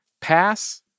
Pass